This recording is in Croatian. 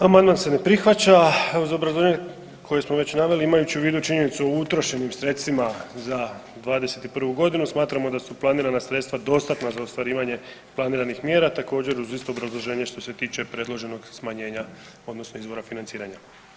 Amandman se ne prihvaća uz obrazloženje koje smo već naveli imajući u vidu činjenicu o utrošenim sredstvima za '21.g. smatramo da su planirana sredstva dostatna za ostvarivanje planiranih mjera, također uz isto obrazloženje što se tiče predloženog smanjenja odnosno izvora financiranja.